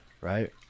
right